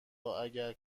اگر